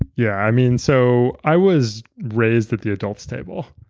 yeah, i mean so i was raised at the adult's table.